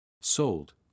Sold